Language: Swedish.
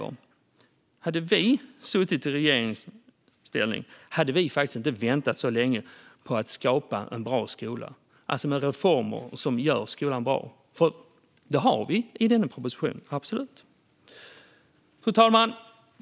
Om vi hade suttit i regeringsställning skulle vi inte ha väntat så länge med att skapa en bra skola, alltså med reformer som gör skolan bra. För sådana har vi absolut i denna proposition. Fru talman!